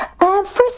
First